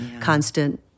constant